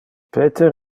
peter